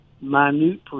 minute